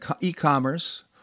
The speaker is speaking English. e-commerce